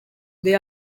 they